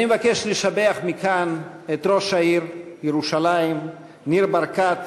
אני מבקש לשבח מכאן את ראש העיר ירושלים ניר ברקת